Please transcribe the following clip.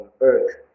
earth